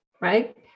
Right